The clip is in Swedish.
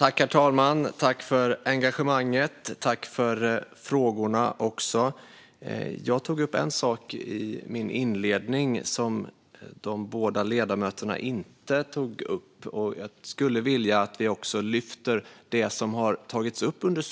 Herr talman! Jag tackar ledamöterna för engagemanget och frågorna. Jag tog upp en sak i min inledning som ingen av ledamöterna tog upp. Jag skulle vilja att vi lyfter fram något som har tagits upp under